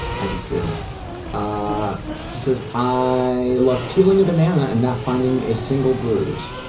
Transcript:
i do too. ah she says i love peeling a banana and not finding a single bruise.